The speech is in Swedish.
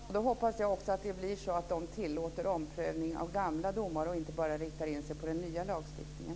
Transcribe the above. Fru talman! Det låter väldigt bra. Då hoppas jag också att att man kommer att tillåta omprövning av gamla domar och inte bara riktar in sig på den nya lagstiftningen.